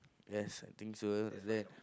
yes I think so isn't that